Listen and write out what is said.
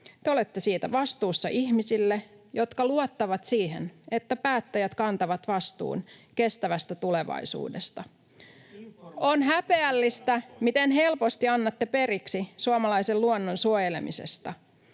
Te olette siitä vastuussa ihmisille, jotka luottavat siihen, että päättäjät kantavat vastuun kestävästä tulevaisuudesta. [Heikki Vestman: Informatiiviset pykälät poistettiin!] On häpeällistä, miten helposti annatte periksi suomalaisen luonnon suojelemisesta.